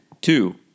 two